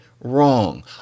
wrong